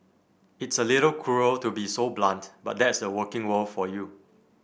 it's a little cruel to be so blunt but that's the working world for you